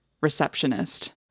receptionist